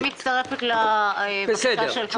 אני מצטרפת לבקשה של חברת הכנסת פרקש.